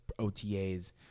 OTAs